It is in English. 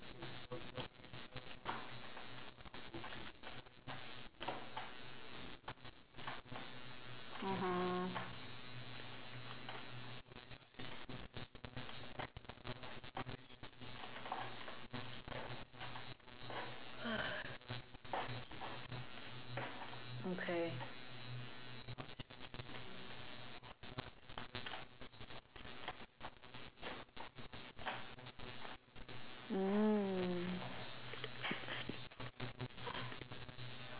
mmhmm okay mm